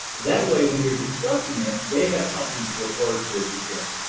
that way, when you're discussing it, they have something to refer to at the hearing.